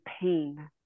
pain